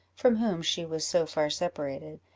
from whom she was so far separated,